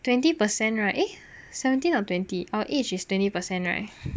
twenty percent right eh seventeen or twenty our age is twenty percent right